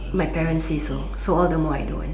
my parents say so so all the more I don't want